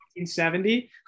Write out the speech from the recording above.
1970